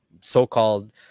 so-called